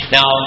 Now